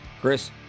Chris